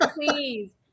please